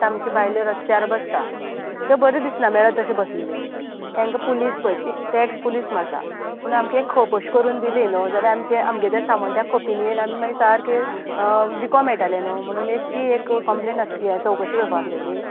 आतां आमच्यो बायलो रस्त्यार बसता तें बरें दिसना मेळत तशें बशिल्लें तांकां पुलीस धरता टॅक्स पुलीस मारता म्हूण आमकां एक खोप अशी करून दिली न्हू जाल्यार आमी तें आमगें तें सामान खोपींत येवून आमी मागीर सारकें विकों मेळटालें न्हूं म्हणून एक ती एक कम्पलेन आसली चवकशी करपाक जाय आसलेली